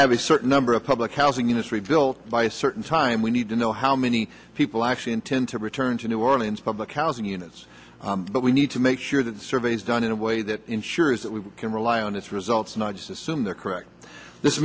have a certain number of public housing industry built by a certain time we need to know how many people actually intend to return to new orleans public housing units but we need to make sure that surveys done in a way that ensures that we can rely on its results not just assume they're correct this